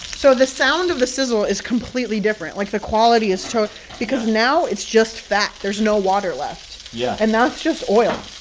so the sound of the sizzle is completely different. like, the quality is so because now it's just fat. there's no water left yeah and that's just oil